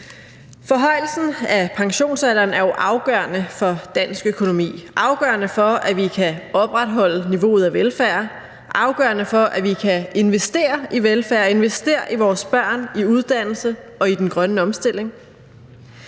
Forhøjelsen af pensionsalderen er jo afgørende for dansk økonomi, afgørende for, at vi kan opretholde niveauet af velfærd, afgørende for, at vi kan investere i velfærd og investere i vores børn, i uddannelse og i den grønne omstilling.